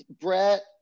Brett